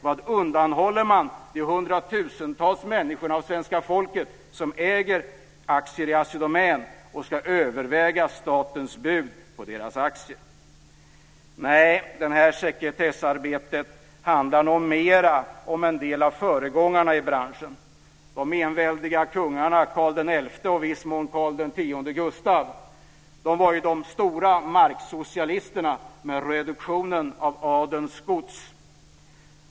Vad undanhåller man för hundratusentals människor av svenska folket som äger aktier i Assi Domän och som ska överväga statens bud på deras aktier? Nej, det här sekretessarbetet handlar nog mera om en del av föregångarna i branschen, de enväldiga kungarna Karl XI och i viss mån Karl X Gustav. De var de stora marksocialisterna med reduktionen av adelns gods.